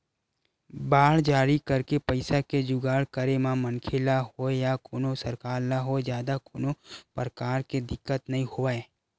bond जारी करके पइसा के जुगाड़ करे म मनखे ल होवय या कोनो सरकार ल होवय जादा कोनो परकार के दिक्कत नइ होवय